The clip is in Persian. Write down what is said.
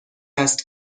است